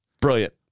Brilliant